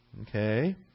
Okay